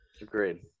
Agreed